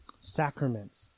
Sacraments